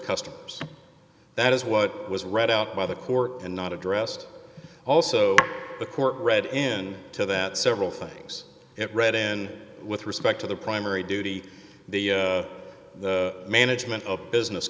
customers that is what was read out by the court and not addressed also the court read in to that several things it read in with respect to the primary duty the management of business